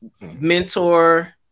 mentor